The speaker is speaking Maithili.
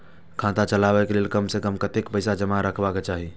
खाता चलावै कै लैल कम से कम कतेक पैसा जमा रखवा चाहि